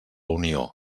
unió